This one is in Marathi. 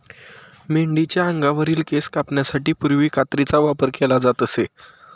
मेंढीच्या अंगावरील केस कापण्यासाठी पूर्वी कात्रीचा वापर केला जात असे